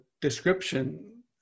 description